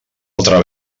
altra